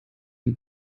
ihm